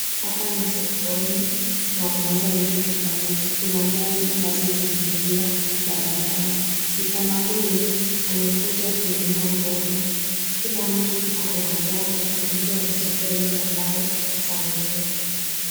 Hapa ni sokoni na wanauza vitu tofauti. Kuna gari ambazo zinakimbia barabarani. Msichana huyu amekuja kununua mboga. Kila mtu ako na zake na mtu anachagua yule ambaye atamnunua.